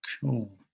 cool